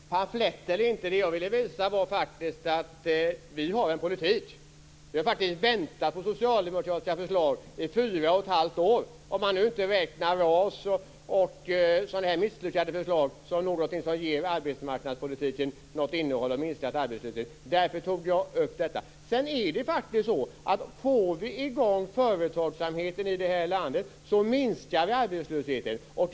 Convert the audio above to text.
Fru talman! Pamfletter är det inte. Jag ville faktiskt visa att vi har en politik. Vi har väntat på socialdemokratiska förslag i fyra och ett halvt år. Då räknar jag inte RAS och sådana misslyckade förslag som någonting som ger arbetsmarknadspolitiken något innehåll och har minskat arbetslösheten. Därför tog jag upp detta. Om vi får i gång företagsamheten i det här landet minskar faktiskt arbetslösheten.